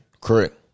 Correct